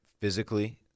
physically